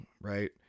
right